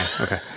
Okay